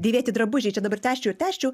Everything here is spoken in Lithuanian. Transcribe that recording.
dėvėti drabužiai čia dabar tęsčiau ir tęsčiau